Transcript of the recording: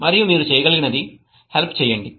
మరియు మీరు చేయగలిగినది హెల్ప్ చెయ్యండి